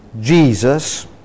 Jesus